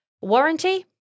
Warranty